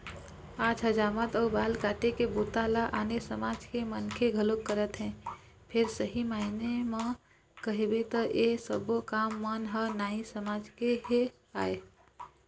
आज हजामत अउ बाल काटे के बूता ल आने समाज के मनखे घलोक करत हे फेर सही मायने म कहिबे त ऐ सब्बो काम मन ह नाई समाज के ही आय